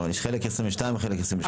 חלק ב-2022 וחלק ב-2023.